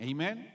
Amen